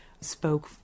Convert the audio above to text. spoke